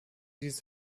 dies